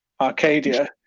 Arcadia